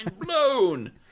blown